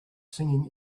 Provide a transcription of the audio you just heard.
singing